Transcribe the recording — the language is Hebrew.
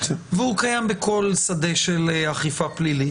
והוא קיים בכל השדה של אכיפה פלילית.